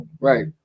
Right